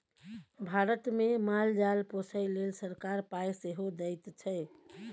भारतमे माल जाल पोसय लेल सरकार पाय सेहो दैत छै